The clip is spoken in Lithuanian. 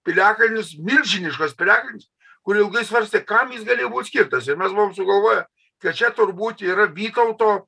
piliakalnis milžiniškas piliakalnis kur ilgai svarstė kam jis galėjo būt skirtas ir mes buvom sugalvoję kad čia turbūt yra vytauto